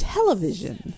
Television